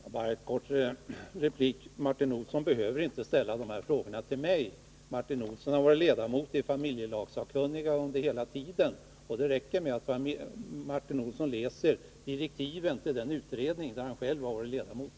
Herr talman! Jag vill bara kortfattat replikera att Martin Olsson inte behöver ställa dessa frågor till mig. Martin Olsson har hela tiden varit ledamot i familjelagssakkunniga, och det räcker med att han läser direktiven till den utredning han själv varit ledamot i.